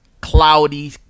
cloudy